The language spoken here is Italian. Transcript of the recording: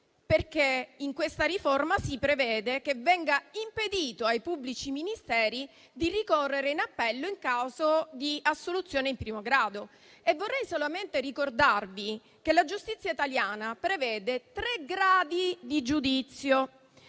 truffa. In questa riforma si prevede infatti che venga impedito ai pubblici ministeri di ricorrere in appello in caso di assoluzione in primo grado. Vorrei solamente ricordarvi che la giustizia italiana prevede tre gradi di giudizio;